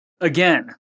Again